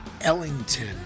Ellington